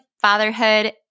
fatherhood